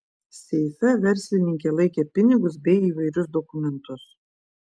seife verslininkė laikė pinigus bei įvairius dokumentus